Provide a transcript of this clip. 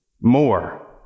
more